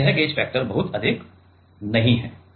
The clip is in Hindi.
तो यह गेज फैक्टर बहुत अधिक नहीं है